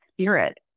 spirit